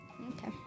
Okay